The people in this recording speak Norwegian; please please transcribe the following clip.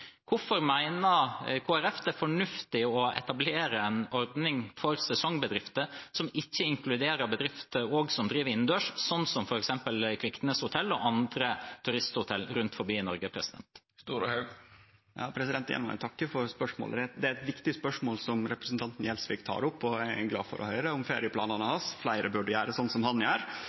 det er fornuftig å etablere en ordning for sesongbedrifter som ikke inkluderer bedrifter som også driver innendørs, som f.eks. Kviknes Hotel og andre turisthotell rundt omkring i Norge? Igjen må eg takke for spørsmålet. Det er eit viktig spørsmål representanten Gjelsvik tek opp, og eg er glad for å høyre om ferieplanane hans. Fleire burde gjere som han gjer.